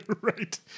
right